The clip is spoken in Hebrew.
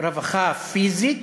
רווחה פיזית